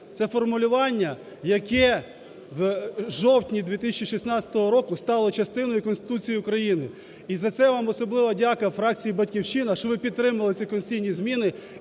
Це формулювання, яке в жовтні 2016 року стало частиною Конституції України. І за це вам особлива дяка, фракції "Батьківщина", що ви підтримали ці конституційні зміни